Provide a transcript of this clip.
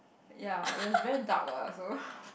ya it was very dark lah so